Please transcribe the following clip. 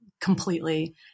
completely